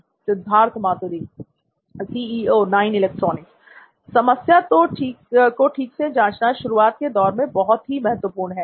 " सिद्धार्थ मातुरी समस्या को ठीक से जांचना शुरुआत के दौर में बहुत ही महत्वपूर्ण है